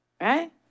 right